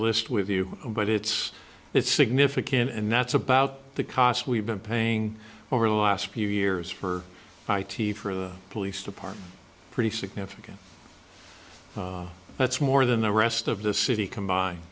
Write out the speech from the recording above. list with you but it's it's significant and that's about the cost we've been paying over the last few years for i t for a police department pretty significant that's more than the rest of the city c